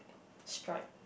stripe